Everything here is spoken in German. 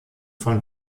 von